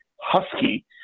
Husky